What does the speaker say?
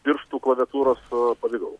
pirštų klaviatūros pavidalu